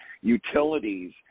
utilities